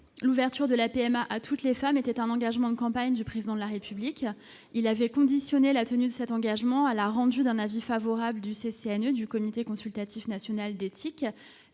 l'ouverture de la PMA à toutes les femmes étaient un engagement de campagne du président de la République, il avait conditionné la tenue cet engagement à l'a rendu un avis favorable du CCNE du comité consultatif national d'éthique,